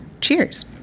cheers